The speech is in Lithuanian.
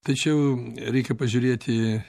tačiau reikia pažiūrėti